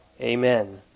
Amen